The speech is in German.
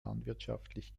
landwirtschaftlich